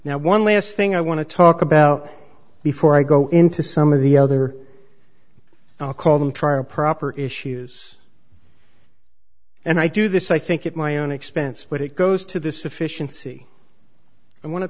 now one last thing i want to talk about before i go into some of the other i'll call them trial proper issues and i do this i think it my own expense but it goes to this efficiency i wan